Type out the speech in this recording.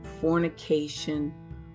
fornication